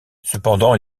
cependant